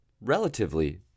relatively